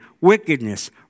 wickedness